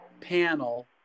panel